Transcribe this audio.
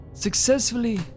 successfully